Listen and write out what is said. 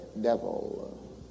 devil